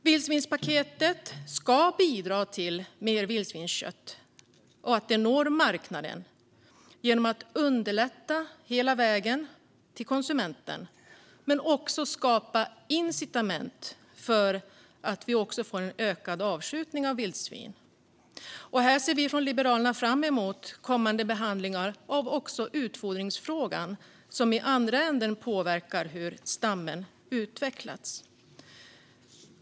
Vildsvinspaketet ska bidra till att mer vildsvinskött når marknaden genom att man underlättar hela vägen till konsumenterna men också skapar incitament för en ökad avskjutning av vildsvin. Här ser vi från Liberalerna fram emot kommande behandlingar av utfodringsfrågan som i andra änden påverkar hur stammen utvecklas.